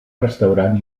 restaurant